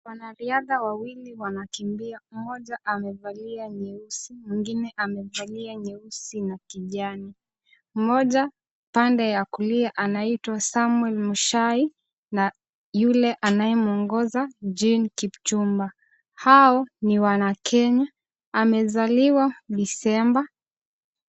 Wanariadha wawili wanakimbia . Mmoja amevalia nyeusi mwingine amevalia nyeusi na kijani. Mmoja pande wa kulia anaitwa Samuel Muchai na yule anayemwongoza Jane Kipchumba. Hao ni wanakenya amezaliwa disemba.